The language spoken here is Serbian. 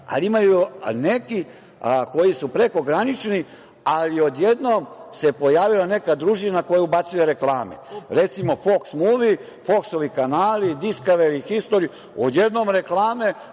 ali ima i nekih koji su prekogranični, ali odjednom se pojavila neka družina koja ubacuje reklame. Recimo „Foks muvi“, Foksovi kanali, „Diskaveri“, „Histori“, odjednom reklame